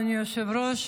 אדוני היושב-ראש,